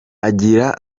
agira